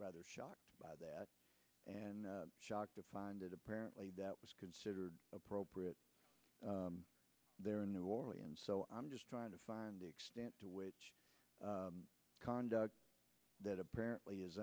rather shocked by that and shocked to find it apparently that was considered appropriate there in new orleans so i'm just trying to find the extent to which the conduct that apparently is